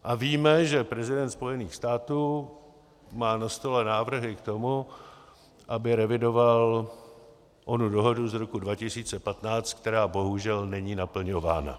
A víme, že prezident Spojených států má na stole návrhy k tomu, aby revidoval onu dohodu z roku 2015, která bohužel není naplňována.